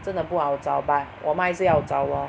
真的不好找 but 我们还是要找 lor